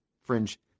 fringe